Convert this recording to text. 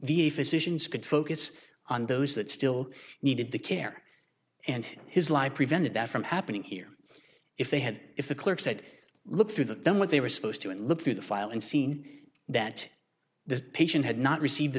the physicians could focus on those that still needed the care and his life prevented that from happening here if they had if the clerk said look through that then what they were supposed to look through the file and seen that the patient had not received the